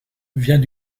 vient